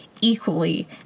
equally